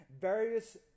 various